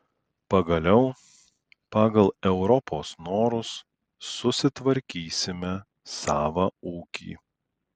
pagaliau pagal europos norus susitvarkysime savą ūkį